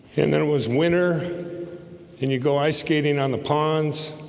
and then it was winter and you go ice-skating on the ponds